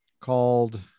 called